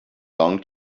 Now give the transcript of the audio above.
long